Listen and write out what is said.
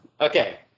Okay